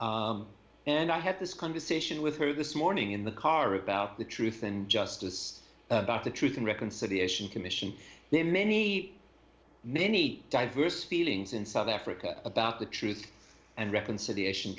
night and i had this conversation with her this morning in the car about the truth and justice about the truth and reconciliation commission there are many many diverse feelings in south africa about the truth and reconciliation